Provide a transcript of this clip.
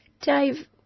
Dave